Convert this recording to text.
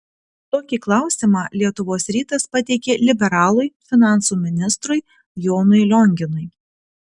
tokį klausimą lietuvos rytas pateikė liberalui finansų ministrui jonui lionginui